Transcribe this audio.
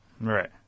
Right